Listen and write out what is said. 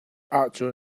ahcun